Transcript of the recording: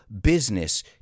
business